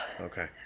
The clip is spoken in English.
Okay